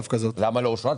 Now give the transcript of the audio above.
למה לא אושרה?